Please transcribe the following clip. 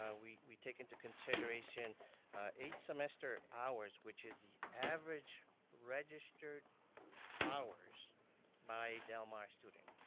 ah we we take into consideration eight semester hours which is the average registered hours by del mar student.